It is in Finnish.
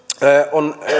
on se